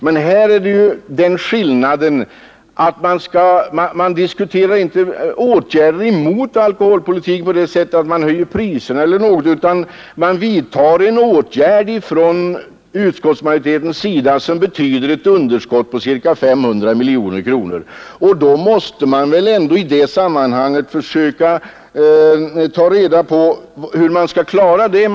Men skillnaden i detta fall är ju att man nu inte diskuterar åtgärder mot alkoholkonsumtionen t.ex. i form av prishöjningar utan att utskottsmajoriteten föreslår en åtgärd, som medför ett underskott på ca 500 miljoner kronor. Vi måste väl ändå försöka ta reda på hur man skall klara detta.